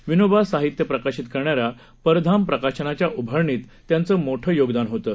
विनोबा साहित्य प्रकाशित करणाऱ्या परंधाम प्रकाशनाच्या उभारणीत त्यांचं मोठन योगदान होतं